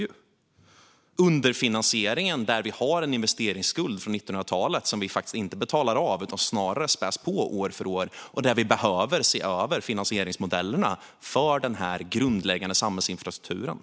Vi har underfinansieringen där vi har en investeringsskuld från 1900-talet som vi faktiskt inte betalar av utan snarare späder på år för år och där vi behöver se över finansieringsmodellerna för den här grundläggande samhällsinfrastrukturen.